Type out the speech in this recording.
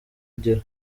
ugera